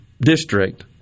district